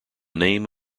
name